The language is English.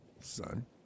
son